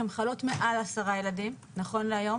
הן חלות מעל 10 ילדים, נכון להיום.